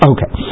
Okay